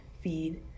feed